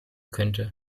könnte